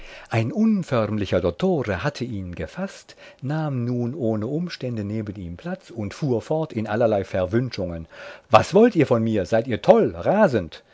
ein unförmlicher dottore hatte ihn gefaßt nahm nun ohne umstände neben ihm platz und fuhr fort in allerlei verwünschungen was wollt ihr von mir seid ihr toll